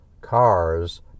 cars